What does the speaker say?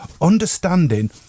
understanding